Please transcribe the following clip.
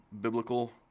biblical